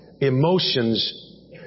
emotions